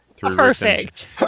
perfect